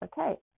okay